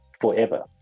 forever